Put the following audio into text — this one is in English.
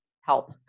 help